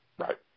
Right